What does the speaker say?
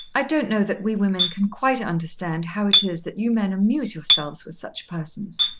i don't know that we women can quite understand how it is that you men amuse yourselves with such persons.